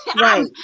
right